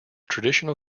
traditional